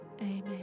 Amen